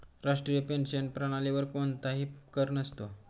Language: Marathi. राष्ट्रीय पेन्शन प्रणालीवर कोणताही कर नसतो